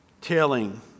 telling